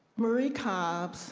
marie cob,